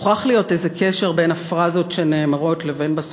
מוכרח להיות איזה קשר בין הפראזות שנאמרות לבין,